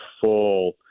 full